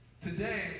Today